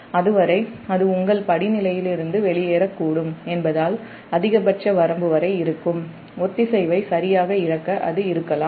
ஆனால் அது வரை உங்கள் படி நிலையிலிருந்து வெளியேறக்கூடும் என்பதால் அதிகபட்ச வரம்பு வரை இருக்கும்ஒத்திசைவை சரியாக இழக்க அது இருக்கலாம்